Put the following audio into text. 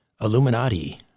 Illuminati